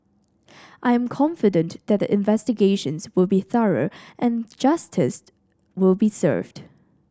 I'm confident that the investigations will be thorough and justice will be served